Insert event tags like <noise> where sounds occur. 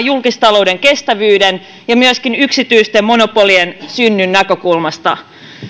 <unintelligible> julkistalouden kestävyyden ja myöskin yksityisten monopolien synnyn näkökulmasta